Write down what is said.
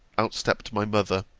out stept my mother